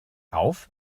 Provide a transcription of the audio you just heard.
auf